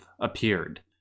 appeared